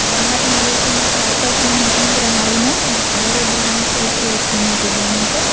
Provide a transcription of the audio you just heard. બહારના લોકો માટે આકર્ષણનું કેન્દ્ર હાલમાં વડોદરાનું સ્ટેચ્યુ ઓફ યુનિટી બન્યું છે